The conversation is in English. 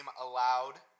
allowed